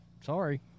Sorry